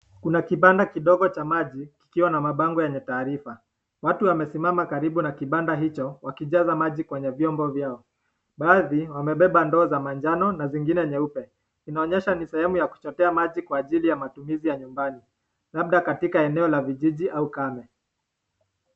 Kuna kibanda kidogo cha maji kikiwa na mabango yenye taarifa. Watu wamesimama karibu na kibanda hicho wakijaza maji kwenye vyombo viao, baadhi wamebeba ndoo za majano na zingine nyeupe. Inaonyesha ni sehemu ya kuchota maji kwa ajili ya matumizi ya nyumbani labda katika eneo la vijiji au ukame.